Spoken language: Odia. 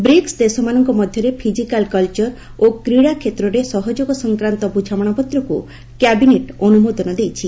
ବ୍ରିକ୍ ଦେଶମାନଙ୍କ ମଧ୍ୟରେ ଫିଜିକାଲ୍ କଲଚର ଓ କ୍ରୀଡ଼ା କ୍ଷେତ୍ରରେ ସହଯୋଗ ସଂକ୍ରାନ୍ତ ବୁଝାମଣାପତ୍ରକୁ କ୍ୟାବିନେଟ୍ ଅନୁମୋଦନ ଦେଇଛି